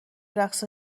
رقص